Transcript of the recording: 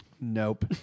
Nope